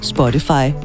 Spotify